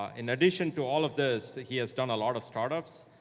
ah in addition to all of this, he has done a lot of startups,